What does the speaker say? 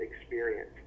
experience